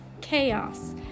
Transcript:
chaos